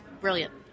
brilliant